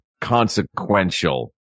consequential